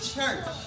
Church